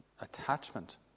attachment